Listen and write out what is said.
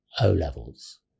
O-levels